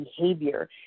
behavior